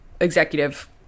executive